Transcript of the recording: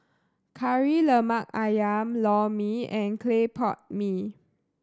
Kari Lemak Ayam Lor Mee and clay pot mee